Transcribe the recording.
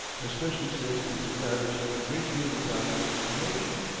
especially since with her vanished a great deal of valuable information.